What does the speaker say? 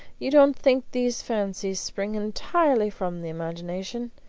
you don't think these fancies spring entirely from the imagination?